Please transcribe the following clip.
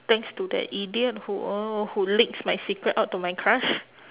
thanks to that idiot who oh who leaks my secret out to my crush